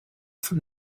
from